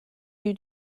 you